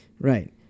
right